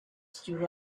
still